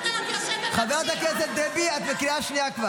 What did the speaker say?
חברת הכנסת דבי, את בקריאה שנייה.